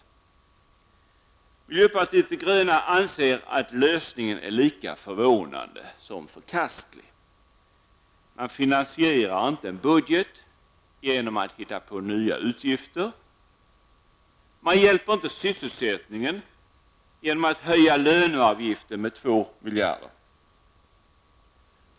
Vi i miljöpartiet de gröna anser att lösningen är lika förvånande som den är förkastlig. Man finansierar inte en budget genom att hitta på nya utgifter. Och man främjar inte sysselsättningen genom att höja löneavgiften med 2 miljarder.